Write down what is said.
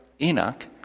Enoch